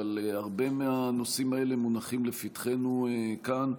אבל הרבה מהנושאים האלה מונחים לפתחנו כאן.